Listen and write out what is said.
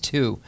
Two